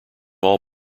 all